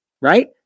right